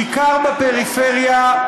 בעיקר בפריפריה,